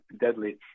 deadly